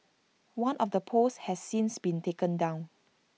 one of the posts has since been taken down